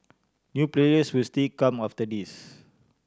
new players will still come after this